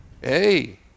hey